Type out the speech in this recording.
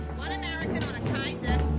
one american on a kaiser.